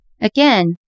Again